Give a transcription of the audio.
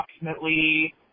approximately